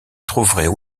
trouveraient